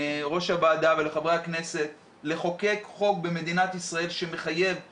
תהי ראשונה ותוכלי לענות על התחומים שעליהם את